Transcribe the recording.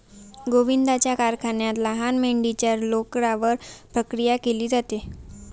गोविंदाच्या कारखान्यात लहान मेंढीच्या लोकरावर प्रक्रिया केली जाते